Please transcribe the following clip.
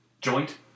joint